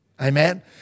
Amen